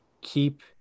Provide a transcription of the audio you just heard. keep